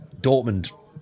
Dortmund